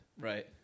Right